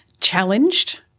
challenged